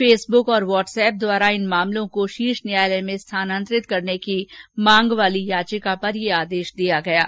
Facebook और WhatsApp द्वारा इन मामलों को शीर्ष न्यायालय में स्थानांतरित करने की मांग वाली याचिका पर यह आदेश दिया गया है